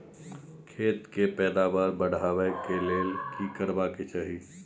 खेत के पैदावार बढाबै के लेल की करबा के चाही?